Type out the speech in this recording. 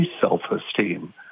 self-esteem